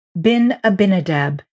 Bin-Abinadab